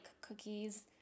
cookies